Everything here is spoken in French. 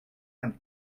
vingt